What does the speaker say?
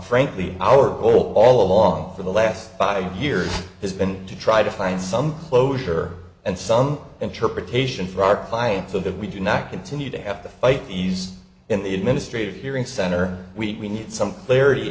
frankly our goal all along for the last five years has been to try to find some closure and some interpretation for our clients so that we do not continue to have to fight these in the administrative hearing center we need some clarity